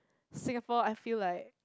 Singapore I feel like